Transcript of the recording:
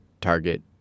Target